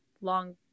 long